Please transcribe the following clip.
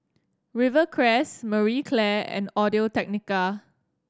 Rivercrest Marie Claire and Audio Technica